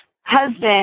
husband